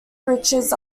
riches